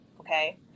okay